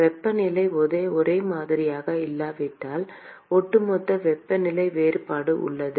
வெப்பநிலை ஒரே மாதிரியாக இல்லாவிட்டால் ஒட்டுமொத்த வெப்பநிலை வேறுபாடு உள்ளது